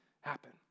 happen